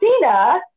Cena